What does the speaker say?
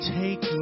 take